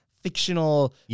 fictional